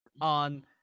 on